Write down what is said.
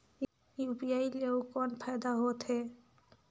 UPI ले अउ कौन फायदा होथ है?